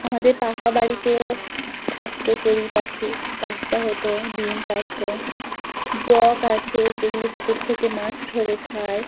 আমাদের পাকা বাড়িতেও থাকত চড়ুই পাখি বাচ্চা হতো ডিম পাড়ত বক আছে যেগুলি পুকুর থেকে মাছ ধরে খায়